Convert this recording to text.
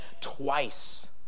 twice